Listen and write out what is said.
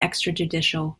extrajudicial